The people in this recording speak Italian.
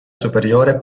superiore